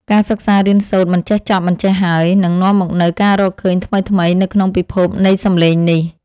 ការសិក្សារៀនសូត្រមិនចេះចប់មិនចេះហើយនឹងនាំមកនូវការរកឃើញថ្មីៗនៅក្នុងពិភពនៃសំឡេងនេះ។